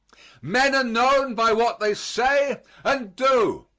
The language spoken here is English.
men are known by what they say and do.